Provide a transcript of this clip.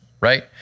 right